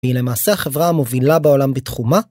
היא למעשה החברה המובילה בעולם בתחומה?